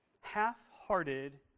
half-hearted